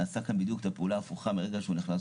נעשה כאן בדיוק פעולה הפוכה מהרגע שהוא נכנס.